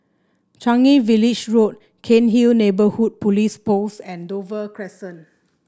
Changi Village Road Cairnhill Neighbourhood Police Post and Dover Crescent